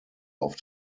auf